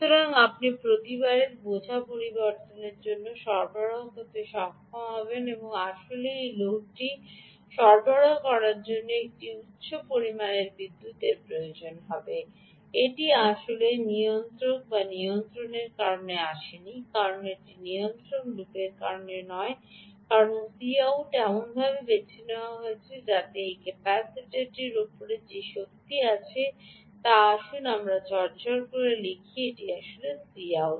সুতরাং আপনি প্রতিবারের বোঝা পরিবর্তনের জন্য সরবরাহ করতে সক্ষম হবেন এবং আসলে এটি লোডকে সরবরাহ করার জন্য একটি উচ্চ পরিমাণের বিদ্যুতের প্রয়োজন হবে এটি আসলে নিয়ন্ত্রণ নিয়ন্ত্রণের কারণে আসেনি কারণ এটি নিয়ন্ত্রণ লুপের কারণে নয় কারণ Cout এমনভাবে বেছে নেওয়া হয়েছে যাতে এই ক্যাপাসিটরের উপর যে শক্তি নগদ হয় তা আসুন আমরা এটি ঝরঝরে লিখি এটি Cout